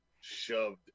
shoved